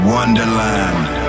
Wonderland